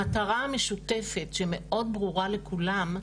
המטרה המשותפת שמאוד ברורה לכולן,